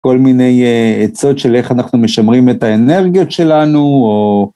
כל מיני א... עצות של איך אנחנו משמרים את האנרגיות שלנו, או...